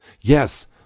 yes